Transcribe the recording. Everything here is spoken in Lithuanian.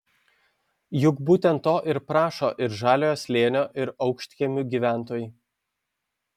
juk būtent to ir prašo ir žaliojo slėnio ir aukštkiemių gyventojai